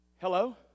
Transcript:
Hello